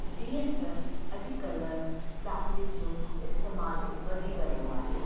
जीअं त अॾुकल्ह प्लास्टिक जो इस्तेमालु वधी वियो आहे